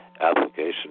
application